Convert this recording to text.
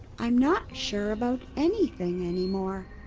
i'm not sure about anything anymore.